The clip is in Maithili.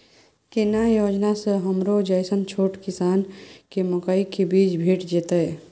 केना योजना स हमरो जैसन छोट किसान के मकई के बीज भेट जेतै?